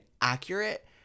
accurate